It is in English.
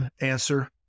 answer